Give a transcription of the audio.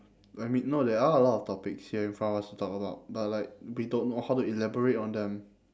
I mean no there are a lot of topics here in front of us to talk about but like we don't know how to elaborate on them